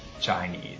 Chinese